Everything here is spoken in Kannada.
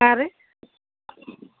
ಹಾಂ ರೀ